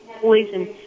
poison